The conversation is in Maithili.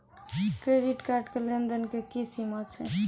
क्रेडिट कार्ड के लेन देन के की सीमा छै?